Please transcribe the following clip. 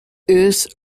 airs